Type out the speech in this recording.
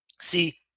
See